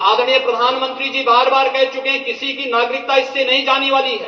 आदरणीय प्रधानमंत्री यह बार बार कह चुके है कि किसी की नागरिकता इससे नहीं जाने वाली है